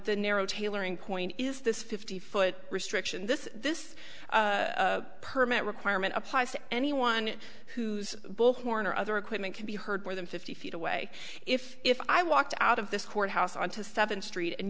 the narrow tailoring point is this fifty foot restriction this this permit requirement applies to anyone who's bullhorn or other equipment can be heard more than fifty feet away if if i walked out of this courthouse on to seventh